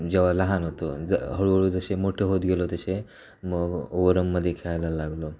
जेव्हा लहान होतो ज हळूहळू जसे मोठे होत गेलो तसे मग ओ ओवरमध्ये खेळायला लागलो